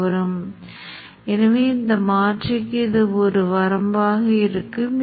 cir என்று அழைக்கப்படுகிறது மற்றும் ngSpice உருவகப்படுத்துதலைச் செய்ய முடியும்